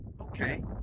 okay